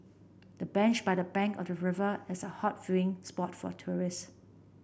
the bench by the bank of the river is a hot viewing spot for tourist